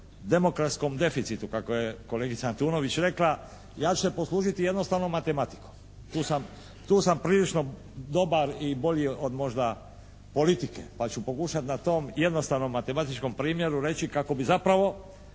demokratskom deficitu kako je kolegica Antunović rekla ja ću se poslužiti jednostavnom matematikom. Tu sam, tu sam prilično dobar i bolji od možda politike pa ću pokušati na tom jednostavnom matematičkom primjeru reći kako bi zapravo